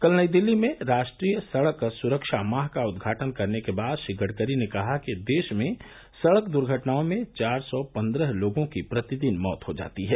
कल नई दिल्ली में राष्ट्रीय सड़क सुरक्षा माह का उद्घाटन करने के बाद श्री गडकरी ने कहा कि देश में सड़क दुर्घटनाओं में चार सौ पन्द्रह लोगों की प्रतिदिन मौत हो जाती है